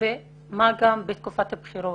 ובנוסף לכך בתקופת הבחירות.